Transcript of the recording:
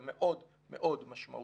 זה מאוד מאוד משמעותי.